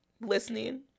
Listening